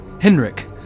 Henrik